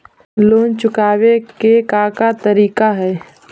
Loan चुकावे के का का तरीका हई?